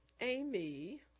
Amy